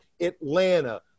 Atlanta